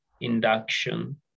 induction